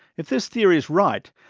if this theory is right,